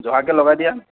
জহাকে লগাই দিয়া